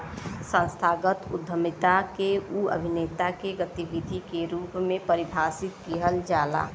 संस्थागत उद्यमिता के उ अभिनेता के गतिविधि के रूप में परिभाषित किहल जाला